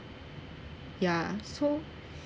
yeah so